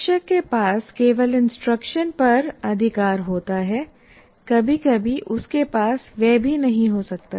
शिक्षक के पास केवल इंस्ट्रक्शन पर अधिकार होता है कभी कभी उसके पास वह भी नहीं हो सकता है